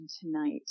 tonight